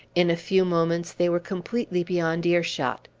in a few moments they were completely beyond ear-shot.